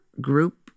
group